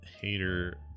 Hater